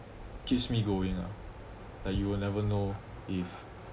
keeps me going ah like you will never know if